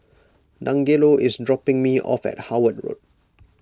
Dangelo is dropping me off at Howard Road